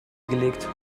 gelegt